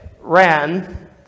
ran